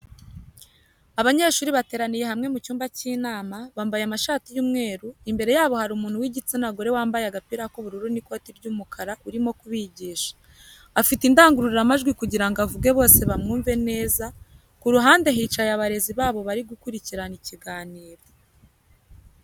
Abanyeshuri bateraniye hamwe mu cyumba cy'inama bambaye amashati y'umweru imbere yabo hari umuntu w'igitsina gore wambaye agapira k'ubururu n'ikoti ry'umukara urimo kubigisha afite indangururamajwi kugirango avuge bose bamwumve neza ku ruhande hicaye abarezi babo nabo bari gukurikira ikiganiro.